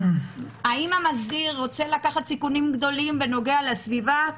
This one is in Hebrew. האם המסדיר רוצה לקחת סיכונים גדולים בנוגע לסביבה?